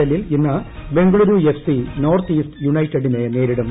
എല്ലിൽ ഇന്ന് Bengaluru F C north east യുണൈറ്റഡിനെ നേരിടും